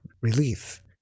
relief